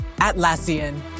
Atlassian